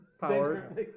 Powers